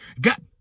Got